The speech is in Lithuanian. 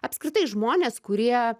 apskritai žmonės kurie